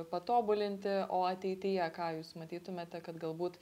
patobulinti o ateityje ką jūs matytumėte kad galbūt